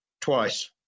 twice